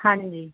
ਹਾਂਜੀ